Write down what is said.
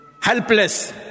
helpless